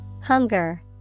Hunger